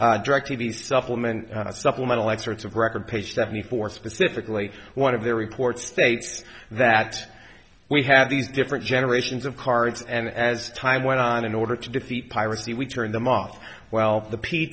in directv supplement supplemental x it's of record page seventy four specifically one of their report states that we had these different generations of cards and as time went on in order to defeat piracy we turn them off well the p